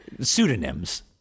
Pseudonyms